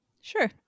Sure